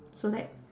so that